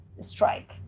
strike